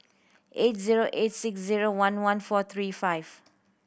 eight zero eight six zero one one four three five